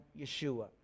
Yeshua